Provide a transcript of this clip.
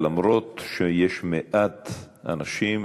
למרות שיש מעט אנשים,